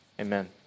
Amen